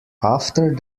after